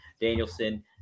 Danielson